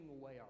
away